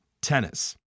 tennis